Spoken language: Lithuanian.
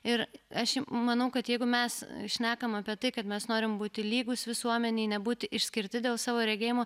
ir aš manau kad jeigu mes šnekam apie tai kad mes norim būti lygūs visuomenėje nebūti išskirti dėl savo regėjimo